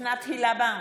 אוסנת הילה מארק,